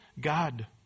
God